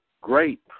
great